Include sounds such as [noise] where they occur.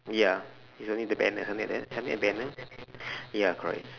ya it's only the banner something like that something like banner [breath] ya correct